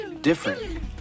Different